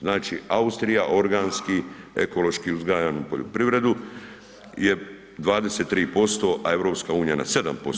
Znači Austrija organski ekološki uzgajanu poljoprivredu je 23%, a EU na 7%